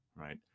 Right